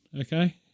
Okay